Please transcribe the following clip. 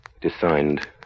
Designed